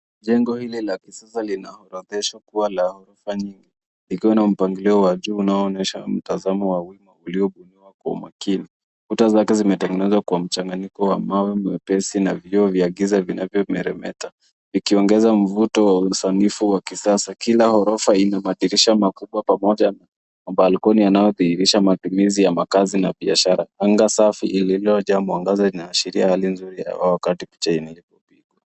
Jengo hili lakisasa linarodheshwa kuwa la ghorofa nyingi, likiwa na mpanglio wajuu unaonyesha mtazamo wa wima uliobuniwa kwa makini. Kuta zake zimetangenezwa kwa mchanganyiko wa mawe mwepesi na vioo vya giza vinavyo meremeta, vikiwongeza mvuto wa usanifu wa kisasa. Kila ghorofa inamadirisha makubwa pamoja na mabalikoni yanayo dhihrisha matumizi ya makazi na biashara. Anga safi ililoja mwangaza ina ashiria hali nzuri ya wakati picha iliyo pigwa..